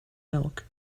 milk